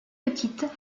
petite